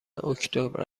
اکتبر